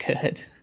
good